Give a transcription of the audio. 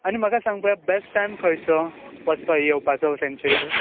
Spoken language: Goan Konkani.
आनी म्हाका सांग पळोवया बेस्ट टायम खंयचो वचपाक येवपाचो सेन्चुरीन